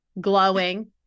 glowing